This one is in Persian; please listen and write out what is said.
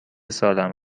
سالم